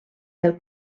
del